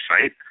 site